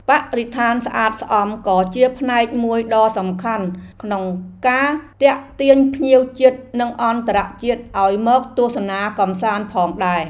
បរិស្ថានស្អាតស្អំក៏ជាផ្នែកមួយដ៏សំខាន់ក្នុងការទាក់ទាញភ្ញៀវជាតិនិងអន្តរជាតិឱ្យមកទស្សនាកម្សាន្តផងដែរ។